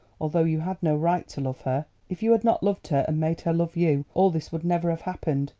although you had no right to love her. if you had not loved her, and made her love you, all this would never have happened.